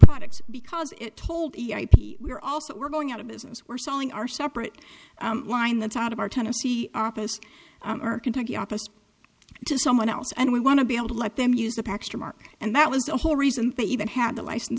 products because it told we're also we're going out of business we're selling our separate wind that's out of our tennessee office or kentucky office to someone else and we want to be able to let them use the packs to mark and that was the whole reason they even had the license